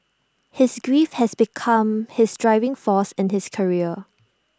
his grief has become his driving force in his career